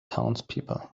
townspeople